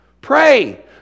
pray